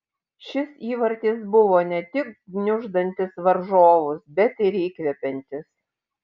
šis įvartis buvo ne tik gniuždantis varžovus bet ir įkvepiantis